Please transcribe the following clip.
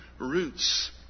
roots